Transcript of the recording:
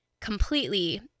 completely